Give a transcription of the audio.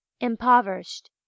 impoverished